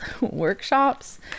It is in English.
workshops